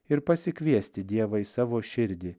ir pasikviesti dievą į savo širdį